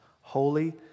holy